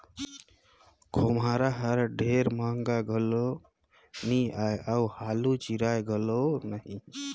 खोम्हरा हर ढेर महगा घलो नी आए अउ हालु चिराए घलो नही